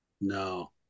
No